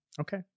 Okay